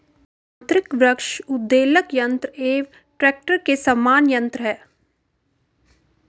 यान्त्रिक वृक्ष उद्वेलक यन्त्र एक ट्रेक्टर के समान यन्त्र है